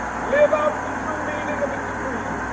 live out true meaning of its creed.